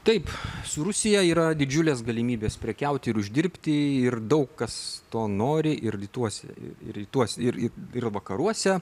taip su rusija yra didžiulės galimybės prekiauti ir uždirbti ir daug kas to nori ir rytuose rytuose ir ir vakaruose